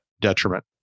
detriment